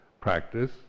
practice